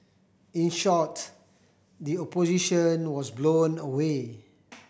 in short the Opposition was blown away